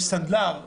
יש סנדלר מסכן,